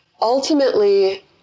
ultimately